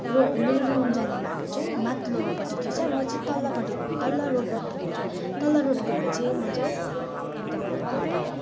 र मेरो रुम जाने बाटो चाहिँ माथिल्लोपट्टि थिएछ म चाहिँ तल्लोपट्टि तल्लो रोडमा पुगेछु तल्लो रोड गएर चाहिँ म चाहिँ एकदम अब हराएँ